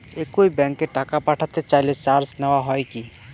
একই ব্যাংকে টাকা পাঠাতে চাইলে চার্জ নেওয়া হয় কি?